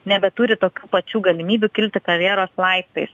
nebeturi tokių pačių galimybių kilti karjeros laiptais